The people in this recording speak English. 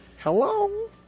Hello